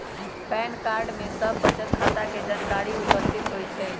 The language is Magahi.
पैन कार्ड में सभ बचत खता के जानकारी उपस्थित होइ छइ